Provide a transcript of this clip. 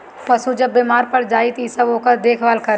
पशु जब बेमार पड़ जाए त इ सब ओकर देखभाल करेल